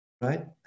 right